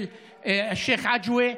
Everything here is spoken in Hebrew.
השייח' עג'ווה,